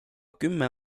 kümme